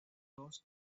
dos